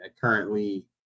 currently